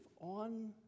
on